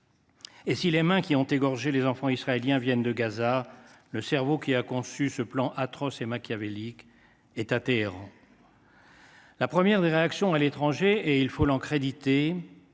Et si les mains qui ont égorgé les enfants israéliens viennent de Gaza, le cerveau qui a conçu ce plan atroce et machiavélique est à Téhéran. La première des réactions internationales a été